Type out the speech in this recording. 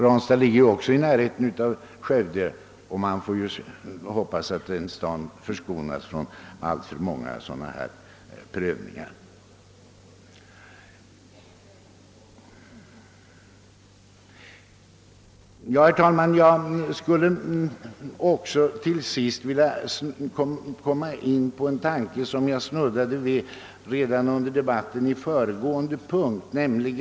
Ranstad ligger också i närheten av Skövde, och vi får hoppas att denna stad förskonas från alltför många sådana här prövningar. Jag skulle så till sist vilja komma in på en tanke som jag snuddade vid redan under debatten om föregående punkt.